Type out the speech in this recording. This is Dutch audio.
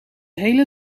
hele